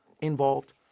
involved